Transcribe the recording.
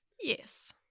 Yes